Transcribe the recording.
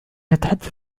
التحدث